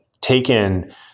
taken